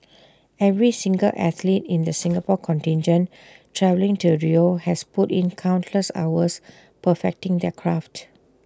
every single athlete in the Singapore contingent travelling to Rio has put in countless hours perfecting their craft